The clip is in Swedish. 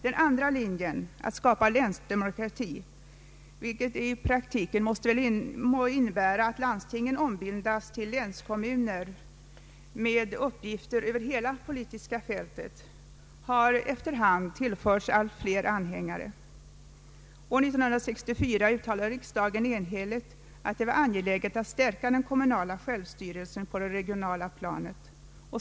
Den andra linjen, att skapa länsdemokrati, vilket i praktiken innebär att landstingen ombildas till länskommuner med uppgifter över hela det politiska fältet, har efter hand tillförts allt fler anhängare. År 1964 uttalade riksdagen enhälligt att det var angeläget att stärka den kommunala självstyrelsen på det regionala planet.